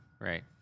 right